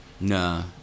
Nah